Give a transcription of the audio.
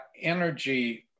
energy